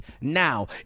now